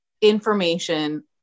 information